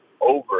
over